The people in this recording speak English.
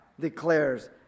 declares